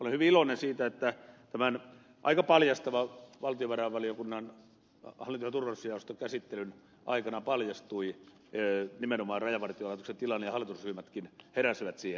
olen hyvin iloinen siitä että tämän aika paljastavan valtiovarainvaliokunnan hallinto ja turvallisuusjaoston käsittelyn aikana paljastui nimenomaan rajavartiolaitoksen tilanne ja hallitusryhmätkin heräsivät siihen